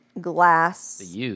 glass